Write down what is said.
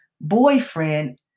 boyfriend